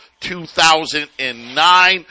2009